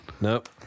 Nope